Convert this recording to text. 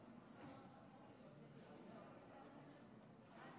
ההצבעה: בעד,